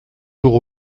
jours